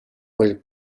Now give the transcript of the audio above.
quel